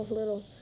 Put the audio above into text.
little